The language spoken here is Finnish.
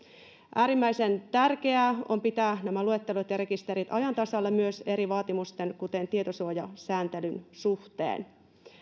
äärimmäisen tärkeää on pitää nämä luettelot ja rekisterit ajan tasalla myös eri vaatimusten kuten tietosuojasääntelyn suhteen